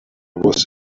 was